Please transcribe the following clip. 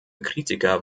kritiker